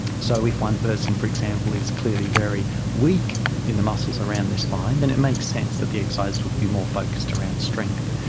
so if one person, for example, is clearly very weak in the muscles around their spine, then it makes sense that the exercises would be more focused around strength.